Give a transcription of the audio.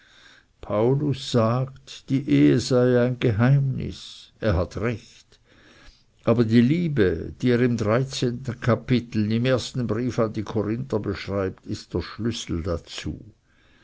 paulus sagt die ehe sei ein geheimnis er hat recht aber die liebe die er im dreizehnten kapitel im ersten brief an die korinther beschreibt ist der schlüssel dazu